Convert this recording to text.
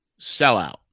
Sellout